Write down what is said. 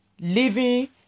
Living